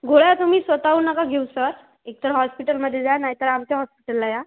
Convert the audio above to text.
गोळ्या तुम्ही स्वतःहून नका घेऊ सर एक तर हॉस्पिटलमध्ये जा नाही तर आमच्या हॉस्पिटलला या